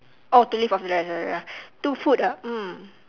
oh to live off for the rest of your life two food ah mm